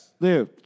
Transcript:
Yes